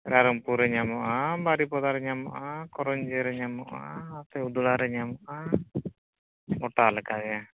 ᱨᱟᱭᱨᱚᱝᱯᱩᱨ ᱨᱮ ᱧᱟᱢᱚᱜᱼᱟ ᱵᱟᱨᱤᱯᱟᱫᱟᱨᱮ ᱧᱟᱢᱚᱜᱼᱟ ᱠᱚᱨᱚᱧᱡᱤᱭᱟᱹᱨᱮ ᱧᱟᱢᱚᱜᱼᱟ ᱪᱳᱣᱰᱚᱞᱟᱨᱮ ᱧᱟᱢᱚᱜᱼᱟ ᱜᱚᱴᱟᱞᱮᱠᱟᱜᱮ